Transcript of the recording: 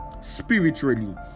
spiritually